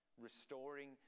Restoring